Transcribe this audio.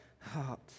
heart